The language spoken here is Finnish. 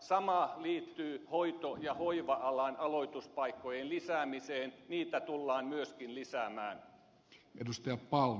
sama liittyy hoito ja hoiva alan aloituspaikkojen lisäämiseen niitä tullaan myöskin lisäämään